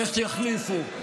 איך יחליפו?